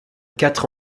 quatre